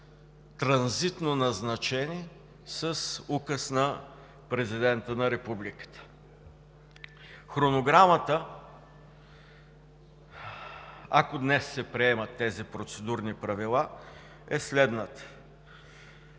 транзитно назначени с указ на президента на републиката. Хронограмата, ако днес се приемат тези процедурни правила, е следната: